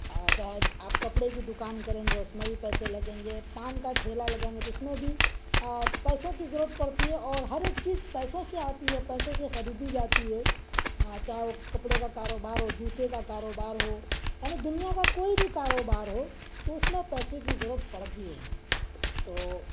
چاہے آپ کپڑے کی دکان کریں گے اس میں بھی پیسے لگیں گے پان کا ٹھیلا لگائیں گے تو اس میں بھی پیسوں کی ضرورت پڑتی ہے اور ہر ایک چیز پیسوں سے آتی ہے پیسوں سے خریدی جاتی ہے چاہے وہ کپڑے کا کاروبار ہو جوتے کا کاروبار ہو ہے نا دنیا کا کوئی بھی کاروبار ہو تو اس میں پیسے کی ضرورت پڑتی ہے تو